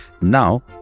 Now